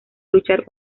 luchar